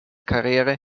karriere